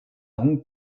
hong